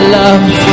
love